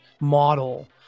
Model